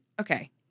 okay